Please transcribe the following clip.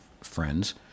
friends